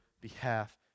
behalf